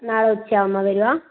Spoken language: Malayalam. നാളെ ഉച്ചയാവുമ്പോൾ വരുക